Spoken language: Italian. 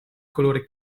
colore